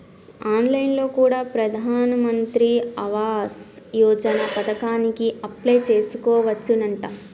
on line లో కూడా ప్రధాన్ మంత్రి ఆవాస్ యోజన పథకానికి అప్లై చేసుకోవచ్చునంట